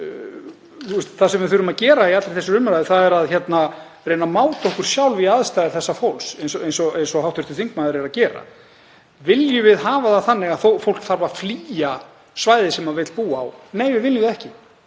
Það sem við þurfum að gera í allri þessari umræðu er að reyna að máta okkur sjálf í aðstæður þessa fólks, eins og hv. þingmaður er að gera. Viljum við hafa það þannig að fólk þarf að flýja svæði sem það vill búa á? Nei, við viljum það ekki.